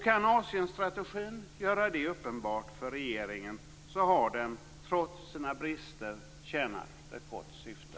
Kan Asienstrategin göra detta uppenbart för regeringen har den - trots sina brister - tjänat ett gott syfte.